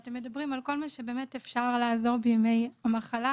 כשאתם מדברים על כל מה שבאמת אפשר לעזור בימי המחלה,